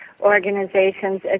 organizations